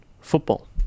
football